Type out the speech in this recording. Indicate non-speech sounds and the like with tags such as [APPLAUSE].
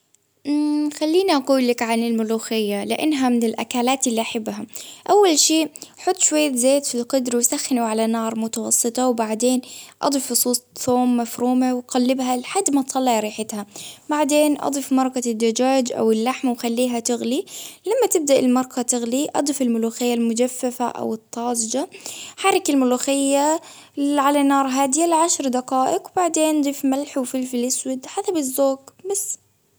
مم [HESITATION] خليني أقول لك عن الملوخية، لأنها من الأكلات اللي أحبها، أول شي حط شوية زيت في القدر سخنه على نار متوسطة، وبعدين أضيفه ثوم مفرومة وأقلبها لحد ما تطلع ريحتها، بعدين أضف مرقة الدجاج أو اللحمة وخليها تغلي، لما تبدأ المرقة تغلي أضيف ملوخية المجففة أو الطازجة، حركي الملوخية على نار هادية لعشر دقائق، بعدين نضيف ملح وفلفل أسود حسب الذوق بس.